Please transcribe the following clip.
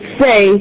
say